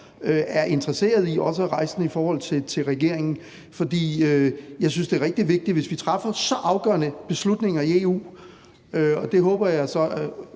er interesseret i også at rejse den i forhold til regeringen. For jeg synes, det er utrolig vigtigt, når vi træffer så afgørende og vigtige beslutninger i EU, og det håber jeg så